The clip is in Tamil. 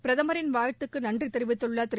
பிரதமரின் வாழ்த்துக்கு நன்றி தெரிவித்துள்ள திரு